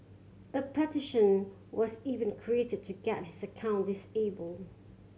a petition was even created to get his account disabled